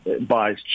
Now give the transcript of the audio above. buys